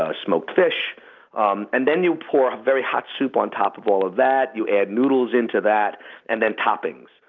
ah smoked fish um and then you pour very hot soup on top of all of that. you add noodles into that and then toppings.